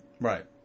Right